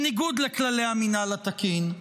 בניגוד לכללי המינהל התקין,